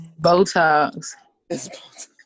botox